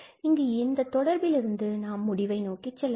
இங்கு இந்த தொடர்பிலிருந்து நாம் முடிவை நோக்கி செல்லலாம்